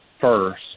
first